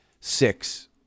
six